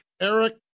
Eric